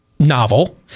Novel